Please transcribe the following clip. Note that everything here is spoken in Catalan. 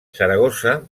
saragossa